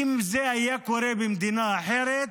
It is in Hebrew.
אם זה היה קורה במדינה אחרת,